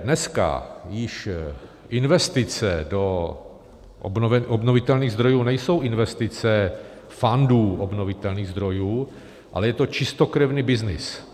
Dneska již investice do obnovitelných zdrojů nejsou investice fandů obnovitelných zdrojů, ale je to čistokrevný byznys.